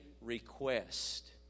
request